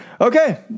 Okay